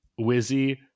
Wizzy